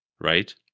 right